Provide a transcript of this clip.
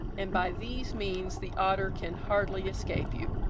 and by these means the otter can hardly escape you.